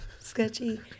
sketchy